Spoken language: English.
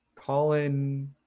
Colin